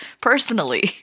personally